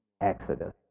exodus